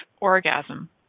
orgasm